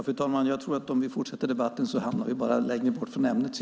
Fru talman! Jag tror att om vi fortsätter debatten hamnar vi bara längre bort från ämnet.